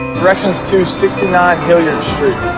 directions to sixty nine hilliard street.